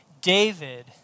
David